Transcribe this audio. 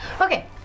Okay